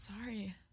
Sorry